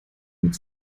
mit